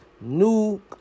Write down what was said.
new